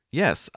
yes